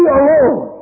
alone